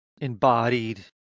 embodied